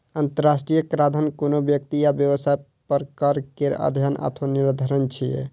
अंतरराष्ट्रीय कराधान कोनो व्यक्ति या व्यवसाय पर कर केर अध्ययन अथवा निर्धारण छियै